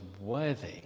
worthy